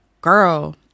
Girl